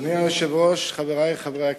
אדוני היושב-ראש, חברי חברי הכנסת,